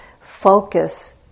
focus